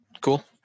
Cool